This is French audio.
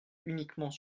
uniquement